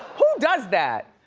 who does that?